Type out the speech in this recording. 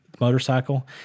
motorcycle